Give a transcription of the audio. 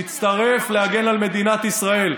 דווקא לתקוף אותנו, את מדינת ישראל,